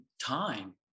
time